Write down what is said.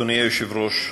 אדוני היושב-ראש,